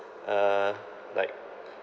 uh like